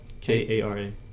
K-A-R-A